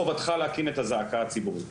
חובתך להקים את הזעקה הציבורית,